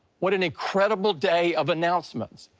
what an incredible day of announcements.